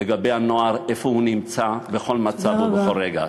לגבי הנוער, איפה הוא נמצא בכל מצב ובכל רגע.